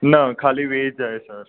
न ख़ाली वेज आहे सर